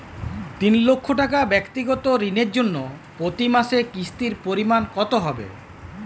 তিন লক্ষ টাকা ব্যাক্তিগত ঋণের জন্য প্রতি মাসে কিস্তির পরিমাণ কত হবে?